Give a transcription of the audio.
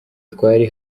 twari